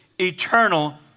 eternal